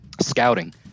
Scouting